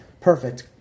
Perfect